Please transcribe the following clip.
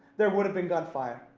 there would have been gunfire.